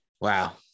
Wow